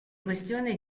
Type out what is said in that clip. questione